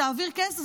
תעביר כסף,